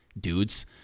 dudes